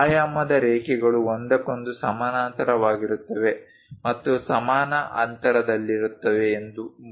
ಆಯಾಮದ ರೇಖೆಗಳು ಒಂದಕ್ಕೊಂದು ಸಮಾನಾಂತರವಾಗಿರುತ್ತವೆ ಮತ್ತು ಸಮಾನ ಅಂತರದಲ್ಲಿರುತ್ತವೆ ಎಂಬುದನ್ನು ಗಮನಿಸಿ